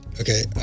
Okay